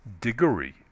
Diggory